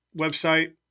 website